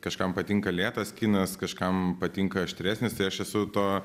kažkam patinka lėtas kinas kažkam patinka aštresnis tai aš esu to